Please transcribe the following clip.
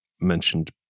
mentioned